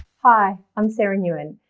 hi, i'm sara nguyen,